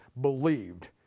Believed